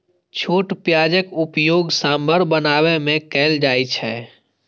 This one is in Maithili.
छोट प्याजक उपयोग सांभर बनाबै मे कैल जाइ छै